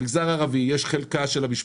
במגזר הערבי יש חלקה של המשפחה.